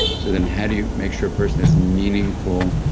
so then how do you make sure a person has meaningful,